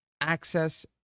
Access